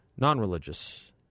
non-religious